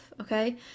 okay